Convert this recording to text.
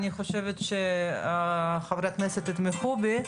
אני חושבת שחברי הכנסת יתמכו בי,